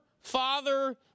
Father